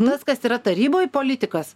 tas kas yra taryboj politikas